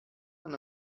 man